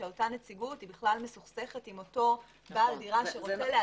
שאותה נציבות בכלל מסוכסכת עם אותו בעל דירה שרוצה להתקין,